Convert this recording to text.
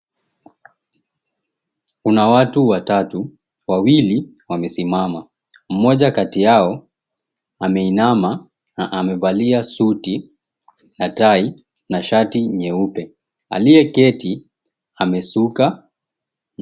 Kuna watu watatu, wawili wamesimama. Mmoja kati yao ameinama na amevalia suti na tai na shati nyeupe. Aliyeketi amesuka.